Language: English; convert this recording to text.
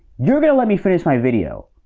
you're gonna let me finish my video.